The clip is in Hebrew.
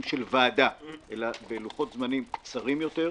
של ועדה אלא בלוחות זמנים קצרים יותר,